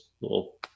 little